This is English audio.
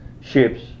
ships